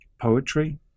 Poetry